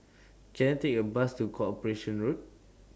Can I Take A Bus to Corporation Road